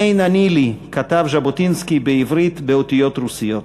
אם אין אני לי?" כתב ז'בוטינסקי בעברית באותיות רוסיות.